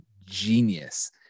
genius